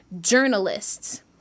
journalists